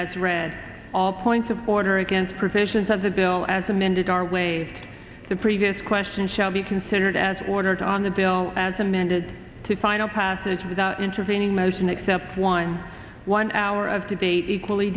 as read all points of order against provisions of the bill as amended our way the previous question shall be considered as ordered on the bill as amended to final passage of the intervening motion except one one hour of debate equally